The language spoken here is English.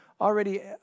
already